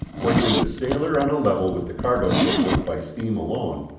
placing the sailer on a level with the cargo ship worked by steam alone,